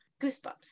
goosebumps